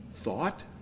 thought